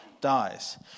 dies